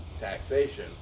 taxation